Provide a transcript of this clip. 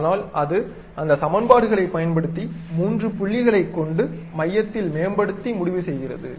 ஆனால் அது அந்த சமன்பாடுகளை பயன்படுத்தி மூன்று புள்ளிகளைக் கொண்டு மையத்தை மேம்படுத்தி முடிவு செய்கிறது